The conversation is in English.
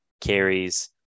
carries